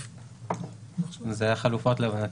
אלה החלופות להבנתנו.